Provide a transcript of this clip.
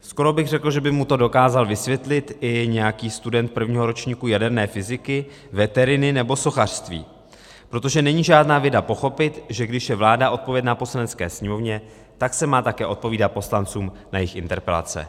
Skoro bych řekl, že by mu to dokázal vysvětlit i nějaký student prvního ročníku jaderné fyziky, veteriny nebo sochařství, protože není žádná věda pochopit, že když je vláda odpovědna Poslanecké sněmovně, tak se má také odpovídat poslancům na jejich interpelace.